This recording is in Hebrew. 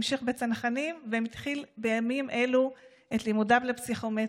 המשיך בצנחנים ומתחיל בימים אלו את לימודיו לפסיכומטרי.